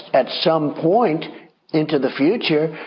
at some point into the future,